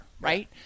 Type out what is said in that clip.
right